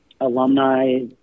alumni